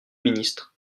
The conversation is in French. ministre